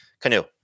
canoe